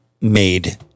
made